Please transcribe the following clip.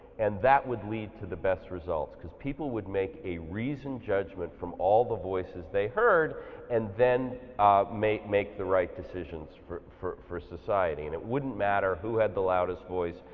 and that would lead to the best results cause people would make a reasoned judgement from all the voices they heard and then make make the right decisions for for society and it wouldn't matter who had the loudest voice,